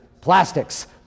plastics